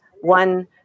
one